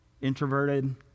introverted